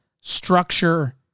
structure